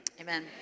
Amen